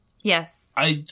Yes